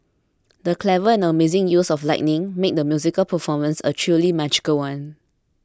the clever and amazing use of lighting made the musical performance a truly magical one